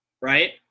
right